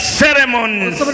ceremonies